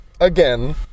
again